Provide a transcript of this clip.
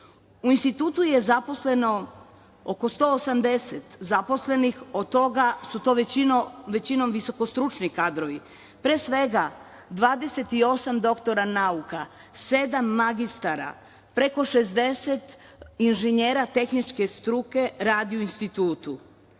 U institutu je zaposleno oko 180 radnika, od toga većina su visokostručni kadrovi. Pre svega 28 doktora nauka, sedam magistara, preko 60 inženjera tehničke struke radi u institutu.